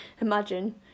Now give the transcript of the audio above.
Imagine